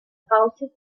houses